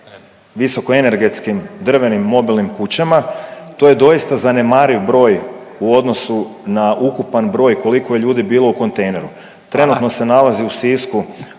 visokoenergetskim drvenim mobilnim kućama. To je doista zanemariv broj u odnosu na ukupan broj koliko je ljudi bilo u kontejneru. Trenutno se nalazi u Sisku